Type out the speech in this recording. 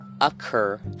occur